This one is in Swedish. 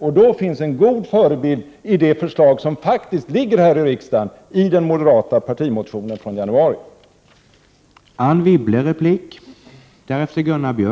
Det finns faktiskt en god förebild för detta i det förslag som faktiskt föreligger i den moderata partimotionen från januari i